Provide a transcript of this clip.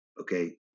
Okay